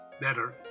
better